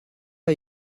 are